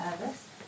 service